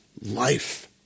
life